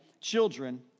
Children